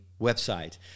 website